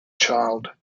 child